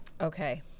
Okay